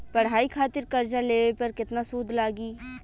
पढ़ाई खातिर कर्जा लेवे पर केतना सूद लागी?